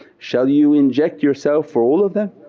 shall you inject yourself for all of them?